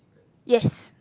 yes